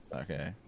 Okay